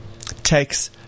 Takes